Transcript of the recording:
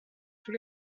tous